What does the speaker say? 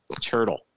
turtle